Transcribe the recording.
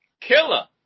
Killer